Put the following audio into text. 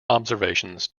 observations